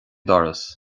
doras